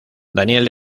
daniel